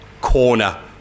corner